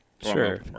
Sure